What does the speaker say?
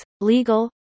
legal